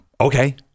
okay